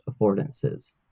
affordances